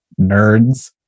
nerds